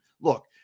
Look